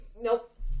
nope